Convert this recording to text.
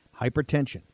Hypertension